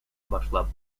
обошла